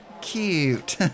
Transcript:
Cute